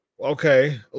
Okay